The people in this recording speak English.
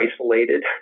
isolated